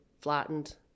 flattened